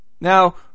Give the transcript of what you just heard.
Now